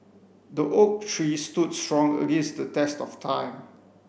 the oak tree stood strong against the test of time